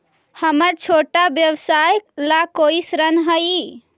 हमर छोटा व्यवसाय ला कोई ऋण हई?